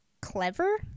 clever